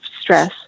stress